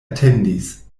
atendis